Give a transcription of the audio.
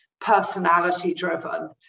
personality-driven